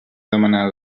demanar